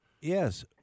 Yes